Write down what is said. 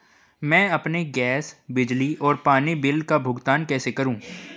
मैं अपने गैस, बिजली और पानी बिल का भुगतान कैसे करूँ?